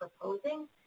proposing